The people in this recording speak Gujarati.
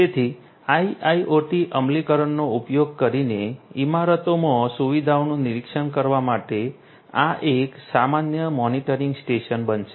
તેથી IIoT અમલીકરણનો ઉપયોગ કરીને ઇમારતોમાં સુવિધાઓનું નિરીક્ષણ કરવા માટે આ એક સામાન્ય મોનિટરિંગ સ્ટેશન બનશે